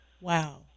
Wow